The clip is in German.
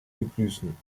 begrüßen